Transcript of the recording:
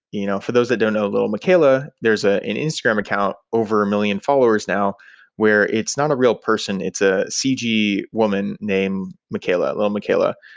you know for those that don't know lil miquela, there's an instagram account over a million follows now where it's not a real person. it's a cg woman named miquela, lil miquela,